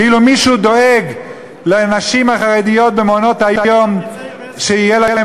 כאילו מישהו דואג לנשים החרדיות שיהיו להן